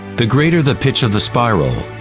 the greater the pitch of the spiral,